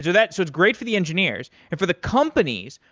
that's so great for the engineers. and for the companies,